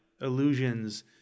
illusions